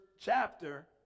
chapter